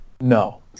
No